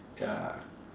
ya